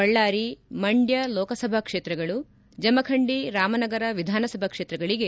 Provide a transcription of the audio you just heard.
ಬಳ್ಳಾರಿ ಮಂಡ್ಯ ಲೋಕಸಭಾ ಕ್ಷೇತ್ರಗಳುಜಮಖಂಡಿ ರಾಮನಗರ ವಿದಾನ ಸಭಾಕ್ಷೇತ್ರಗಳಿಗೆ